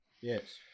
Yes